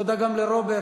תודה גם לרוברט.